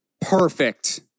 Perfect